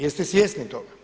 Jeste svjesni toga?